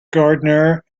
gardner